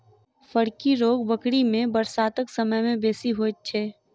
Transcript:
फड़की रोग बकरी मे बरसातक समय मे बेसी होइत छै